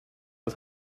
but